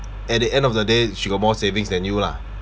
at the end of the day she got more savings than you lah